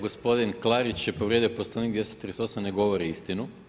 Gospodin Klarić je povrijedio Poslovnik, 238., ne govori istinu.